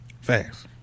Facts